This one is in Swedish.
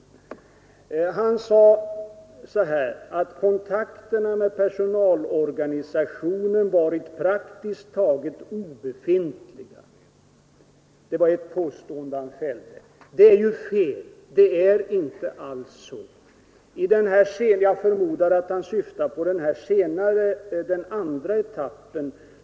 Herr Oskarson sade att kontakterna med personalorganisationerna varit praktiskt taget obefintliga. Det är fel, det är inte alls så. Jag förmodar att han syftar på den andra etappen.